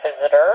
visitor